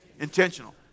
intentional